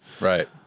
right